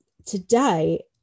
Today